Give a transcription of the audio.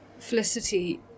Felicity